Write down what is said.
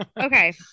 Okay